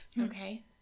Okay